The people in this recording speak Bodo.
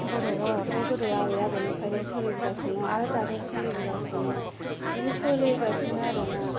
बर' रावआथ' गोदो आबै आबौनिफ्रायनो सोलिबोगासिनो दङ आरो दाबो सोलिबोगासिनो बिदिनो सोलिगासिनो आरोना